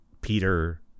peter